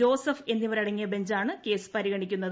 Joseph എന്നിവരടങ്ങിയ ബെഞ്ചാണ് case പരിഗണിക്കുന്നത്